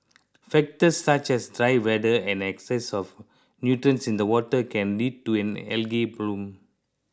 factors such as the dry weather and an excess of nutrients in the water can lead to an algae bloom